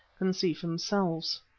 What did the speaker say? can see for themselves.